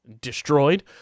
destroyed